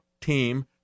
team